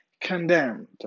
condemned